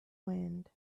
wind